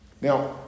Now